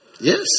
yes